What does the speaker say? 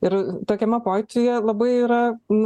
ir tokiame pojūtyje labai yra